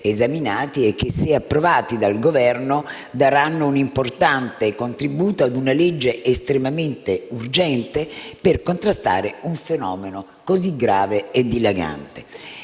e che, se approvati dal Governo, daranno un importante contributo a una legge estremamente urgente per contrastare un fenomeno così grave e dilagante.